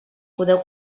podeu